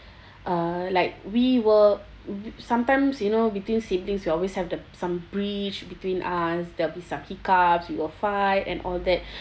uh like we were sometimes you know between siblings you always have the some breach between us they'll be some hiccups we will fight and all that